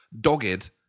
dogged